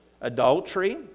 adultery